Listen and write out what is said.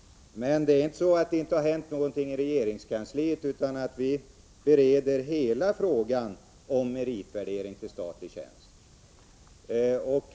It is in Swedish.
Det är inte så att det inte har hänt någonting i regeringskansliet. Vi bereder nu hela frågan om meritvärdering för statlig tjänst.